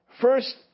First